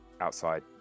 outside